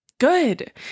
Good